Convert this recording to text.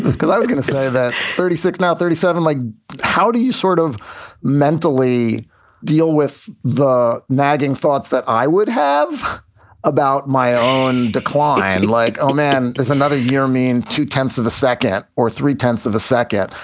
because i was gonna say the thirty six now thirty seven. like how do you sort of mentally deal with the nagging thoughts that i would have about my own decline. like oh man there's another year mean two tenths of a second or three tenths of a second.